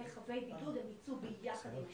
וחבי בידוד הם ביצעו ביחד עם השוטרים.